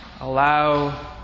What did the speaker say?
Allow